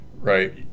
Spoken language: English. right